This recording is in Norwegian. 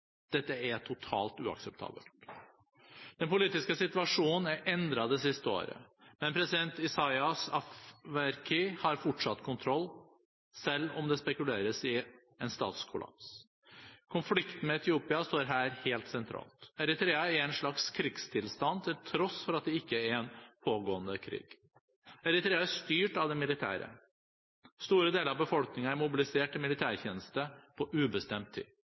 Dette er totalt uakseptabelt. Den politiske situasjonen er endret det siste året, men president Isaias Afewerki har fortsatt kontroll, selv om det spekuleres i en statskollaps. Konflikten med Etiopia står her helt sentralt. Eritrea er i en slags krigstilstand til tross for at det ikke er noen pågående krig. Eritrea er styrt av det militære. Store deler av befolkningen er mobilisert til militærtjeneste på ubestemt tid.